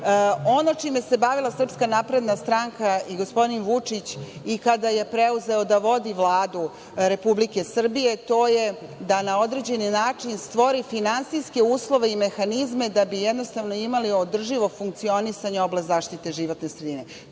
čime se bavila SNS i gospodin Vučić, kada je preuzeo da vodi Vladu Republike Srbije, to je da na određeni način stvori finansijske uslove i mehanizme da bi jednostavno imali održivo funkcionisanje oblasti zaštite životne sredine.